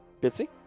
Bitsy